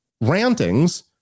rantings